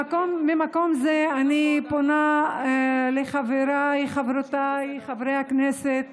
ממקום זה אני פונה לחבריי וחברותיי חברי הכנסת